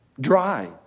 dry